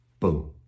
Boom